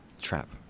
trap